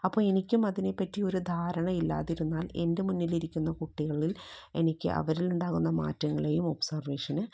അപ്പോൾ എനിക്കും അതിനേപ്പറ്റി ഒരു ധാരണ ഇല്ലാതിരുന്നാൽ എൻ്റെ മുന്നിലിരിക്കുന്ന കുട്ടികളിൽ എനിക്ക് അവരിലുണ്ടാകുന്ന മാറ്റങ്ങളേയും ഒബ്സർവേഷന്